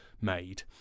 made